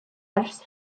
ers